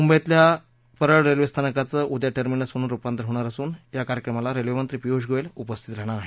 मुंबईतल्या परळ रेल्वे स्थानकाचं उद्या टर्मिनस म्हणून रुपांतर होणार असून या कार्यक्रमाला रेल्वेमंत्री पियुष गोयल उपस्थित राहणार आहेत